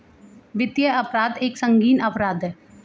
वित्तीय अपराध एक संगीन अपराध है